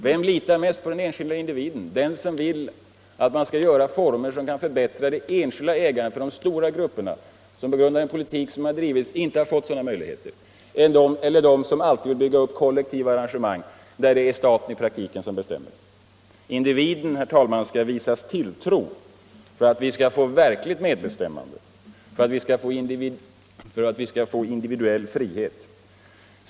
Vem litar mest på den enskilda individen — den som vill söka former för att förbättra det enskilda ägandet för de stora grupperna, som på grund av den politik som har drivits inte har fått möjligheter till sådant ägande, eller den som alltid vill bygga upp kollektiva arrangemang, där det i praktiken är staten som bestämmer? Individen, herr talman, måste visas tilltro för att vi skall få verkligt medbestämmande, för att vi skall få individuell frihet.